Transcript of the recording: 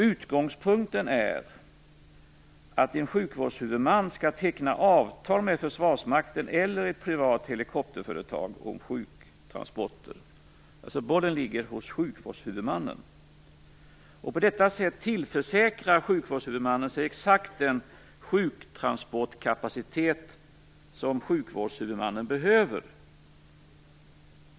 Utgångspunkten är att en sjukvårdshuvudman skall teckna avtal med försvarsmakten eller ett privat helikopterföretag om sjuktransporter. Bollen ligger alltså hos sjukvårdshuvudmannen. På detta sätt tillförsäkrar sig sjukvårdshuvudmannen exakt den sjuktransportkapacitet som sjukvårdshuvudmannen behöver.